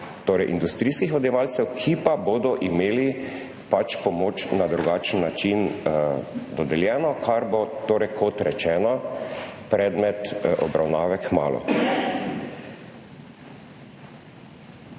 torej industrijskih odjemalcev, ki pa bodo imeli pač pomoč na drugačen način dodeljeno, kar bo torej, kot rečeno, predmet obravnave kmalu.